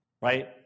Right